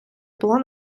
була